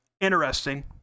Interesting